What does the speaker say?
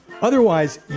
Otherwise